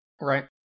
Right